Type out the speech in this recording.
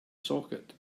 socket